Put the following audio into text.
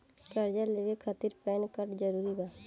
कर्जा लेवे खातिर पैन कार्ड जरूरी बा?